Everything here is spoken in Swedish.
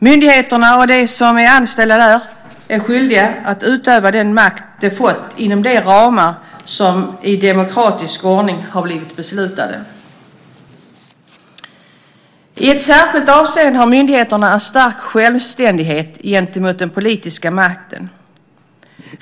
Myndigheterna och de som är anställda där är skyldiga att utöva den makt de fått inom de ramar som i demokratisk ordning blivit beslutade. I ett särskilt avseende har myndigheterna en stark självständighet gentemot den politiska makten.